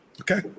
Okay